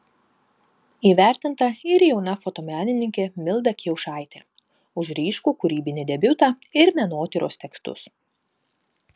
įvertinta ir jauna fotomenininkė milda kiaušaitė už ryškų kūrybinį debiutą ir menotyros tekstus